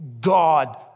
God